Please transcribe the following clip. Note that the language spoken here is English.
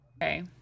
okay